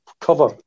cover